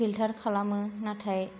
फिलतार खालामो नाथाय